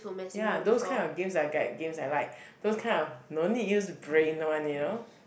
ya those kind of games I games I like those kind of no need use brain one you know